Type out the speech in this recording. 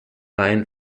line